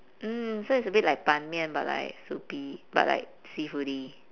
oh so it's a bit like ban mian but like soupy but like seafoody